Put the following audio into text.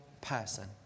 person